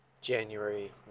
January